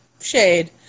shade